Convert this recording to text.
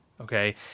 Okay